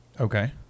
Okay